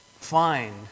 find